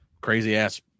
crazy-ass